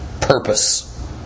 purpose